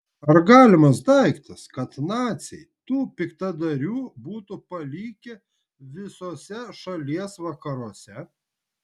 ar galimas daiktas kad naciai tų piktadarių būtų palikę visuose šalies vakaruose